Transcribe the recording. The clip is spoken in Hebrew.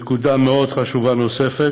נקודה מאוד חשובה נוספת: